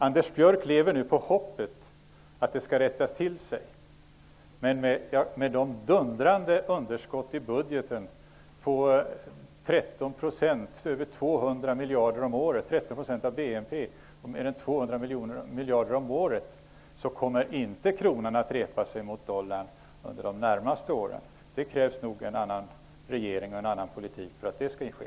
Anders Björck lever nu på hoppet om att det skall rätta till sig, men med de dundrande underskotten i budgeten på 13 % av BNP, mer än 200 miljarder om året, så kommer kronan inte att repa sig gentemot dollarn under de närmaste åren. Det krävs nog en annan regering och en annan politik för att det skall ske.